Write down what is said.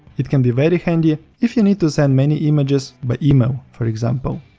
it can be very handy ah if you need to send many images by email, for example.